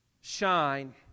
shine